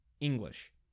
English